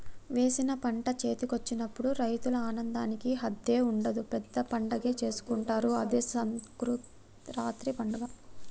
వేసిన పంట చేతికొచ్చినప్పుడు రైతుల ఆనందానికి హద్దే ఉండదు పెద్ద పండగే చేసుకుంటారు అదే సంకురాత్రి పండగ